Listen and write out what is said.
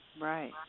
Right